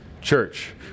Church